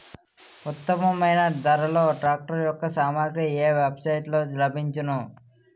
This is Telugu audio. ఉత్తమమైన ధరలో ట్రాక్టర్ యెక్క సామాగ్రి ఏ వెబ్ సైట్ లో లభించును?